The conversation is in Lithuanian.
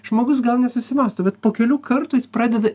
žmogus gal nesusimąsto bet po kelių kartų jis pradeda